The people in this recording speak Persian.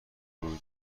روی